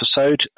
episode